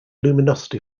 luminosity